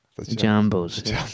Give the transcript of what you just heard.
Jambos